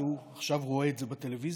והוא עכשיו רואה את זה בטלוויזיה,